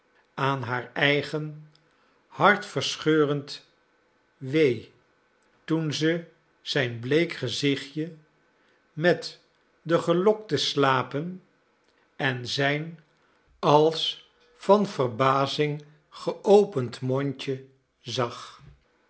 aan haar eigen hartverscheurend wee toen ze zijn bleek gezichtje met de gelokte slapen en zijn als van verbazing geopend mondje zag